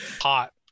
Hot